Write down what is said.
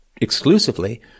exclusively